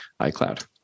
iCloud